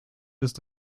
ist